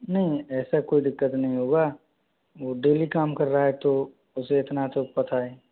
नहीं ऐसा कोई दिक्कत नहीं होगा वो डेली काम कर रहा है तो उसे इतना तो पता है